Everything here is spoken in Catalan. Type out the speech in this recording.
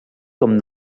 com